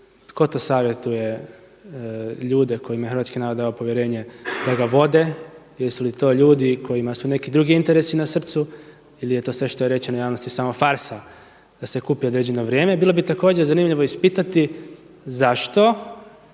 tko to savjetuje ljude kojima je hrvatski narod dao povjerenje da ga vode? Jesu li to ljudi kojima su neki drugi interesi na srcu ili je to sve što je rečeno javnosti samo farsa da se kupi određeno vrijeme? Bilo bi također zanimljivo ispitati zašto